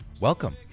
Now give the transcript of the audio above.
Welcome